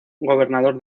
gobernador